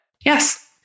Yes